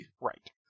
Right